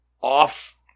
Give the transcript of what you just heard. off-